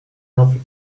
healthy